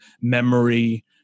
memory